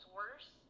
worse